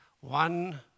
One